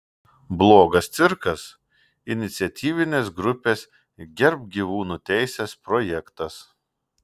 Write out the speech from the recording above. blogas cirkas iniciatyvinės grupės gerbk gyvūnų teises projektas